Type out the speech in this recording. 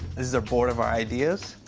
this is a board of our ideas.